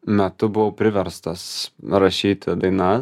metu buvau priverstas rašyti daina